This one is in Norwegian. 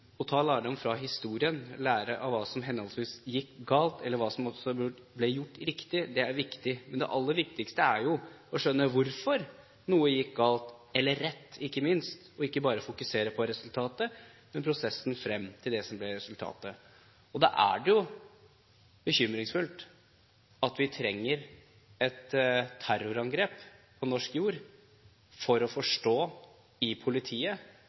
Å ta lærdom fra historien, lære av hva som henholdsvis gikk galt, eller hva som også ble gjort riktig, er viktig. Men det aller viktigste er jo å skjønne hvorfor noe gikk galt, eller rett ikke minst, og ikke bare å fokusere på resultatet, men på prosessen frem til det som ble resultatet. Da er de jo bekymringsfullt at vi trenger et terrorangrep på norsk jord for å forstå i politiet